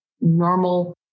normal